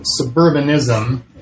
suburbanism